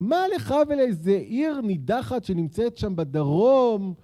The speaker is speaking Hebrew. מה לך ולאיזה עיר נידחת שנמצאת שם בדרום